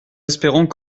espérons